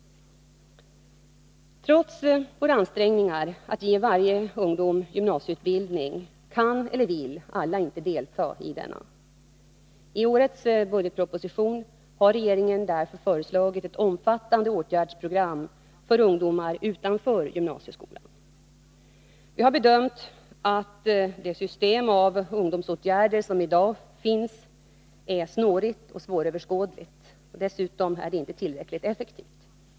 Trots våra ansträngningar att ge varje ungdom gymnasieutbildning kan eller vill inte alla delta i denna. I årets budgetproposition har regeringen därför föreslagit ett omfattande åtgärdsprogram för ungdomar utanför gymnasieskolan. Vi har bedömt att det system av ungdomsåtgärder som i dag finns är snårigt och svåröverskådligt. Dessutom är det inte tillräckligt effektivt.